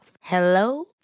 Hello